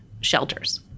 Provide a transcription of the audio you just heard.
shelters